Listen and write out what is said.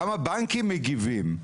גם הבנקים מגיבים.